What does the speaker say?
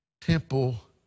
temple